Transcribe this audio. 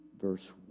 verse